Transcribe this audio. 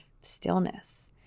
stillness